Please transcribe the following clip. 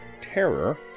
Terror